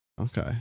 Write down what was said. Okay